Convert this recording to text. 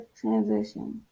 transition